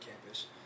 campus